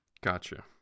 Gotcha